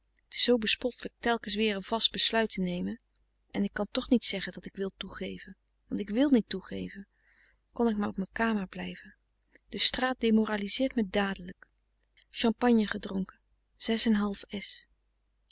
zoo bespottelijk telkens weer een vast besluit te nemen en ik kan toch niet zeggen dat ik wil toegeven want ik wil niet toegeven kon ik maar op mijn kamer blijven de straat demoraliseert me dadelijk champagne gedronken